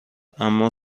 اما